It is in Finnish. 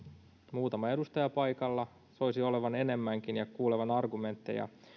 muutama edustaja paikalla soisin olevan enemmänkin ja kuulevani argumentteja